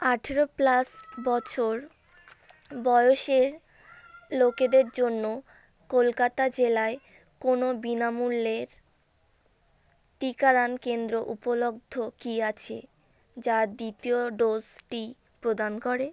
আঠারো প্লাস বছর বয়সের লোকেদের জন্য কলকাতা জেলায় কোনো বিনামূল্যের টিকাদান কেন্দ্র উপলব্ধ কি আছে যা দ্বিতীয় ডোজটি প্রদান করে